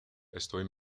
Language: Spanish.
estoy